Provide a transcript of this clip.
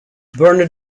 burner